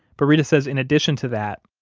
but reta says, in addition to that,